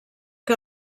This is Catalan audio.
que